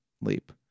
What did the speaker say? Leap